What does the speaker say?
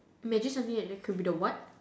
imagine something that could be the what